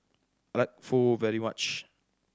I like Pho very much